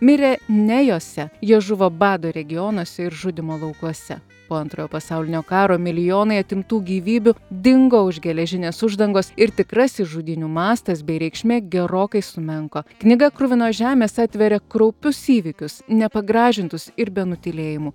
mirė ne jose jie žuvo bado regionuose ir žudymo laukuose po antrojo pasaulinio karo milijonai atimtų gyvybių dingo už geležinės uždangos ir tikrasis žudynių mastas bei reikšmė gerokai sumenko knyga kruvinos žemės atveria kraupius įvykius nepagražintus ir be nutylėjimų